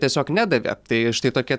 tiesiog nedavė tai štai tokia